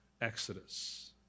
Exodus